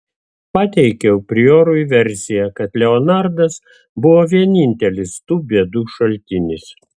pateikiau priorui versiją kad leonardas buvo vienintelis tų bėdų šaltinis